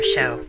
Show